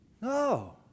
No